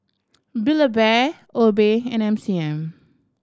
Build Bear Obey and M C M